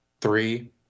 three